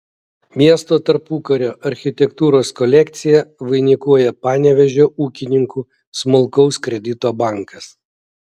miesto tarpukario architektūros kolekciją vainikuoja panevėžio ūkininkų smulkaus kredito bankas